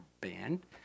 band